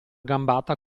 gambata